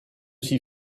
s’y